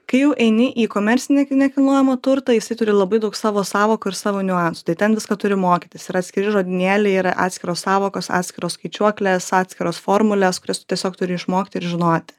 kai jau eini į komercinį nekilnojamą turtą jisai turi labai daug savo sąvokų ir savo niuansų tai ten viską turi mokytis yra atskiri žodynėliai yra atskiros sąvokos atskiros skaičiuoklės atskiros formulės kurias tu tiesiog turi išmokti ir žinoti